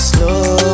Slow